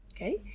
okay